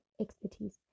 expertise